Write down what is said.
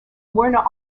werner